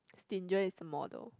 stinger is the model